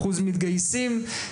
אחוז מתגייסים,